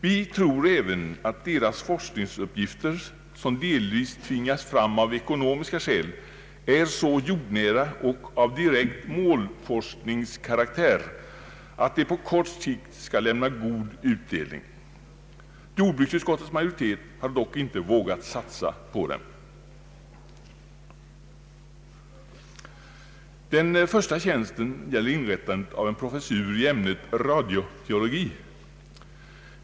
Vi tror även att deras forskningsuppgifter, som delvis tvingats fram av ekonomiska skäl, är så jordnära och av sådan direkt målforskningskaraktär att de på kort sikt skall lämna god utdelning. Jordbruksutskottets majoritet har dock inte vågat att satsa på dem. Den första tjänsten gäller en professur i ämnet radiobiologi.